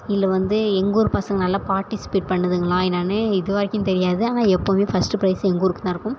இல்லை வந்து எங்கூர் பசங்க நல்லா பார்ட்டிசிபேட் பண்ணுதுங்களா என்னென்னு இது வரைக்கும் தெரியாது ஆனால் எப்போதுமே ஃபஸ்ட்டு ப்ரைஸ் எங்கள் ஊருக்கு தான் இருக்கும்